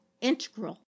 integral